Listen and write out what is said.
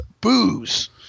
booze